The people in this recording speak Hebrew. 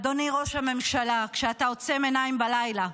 אדוני, ראש הממשלה, כשאתה עוצם עיניים בלילה,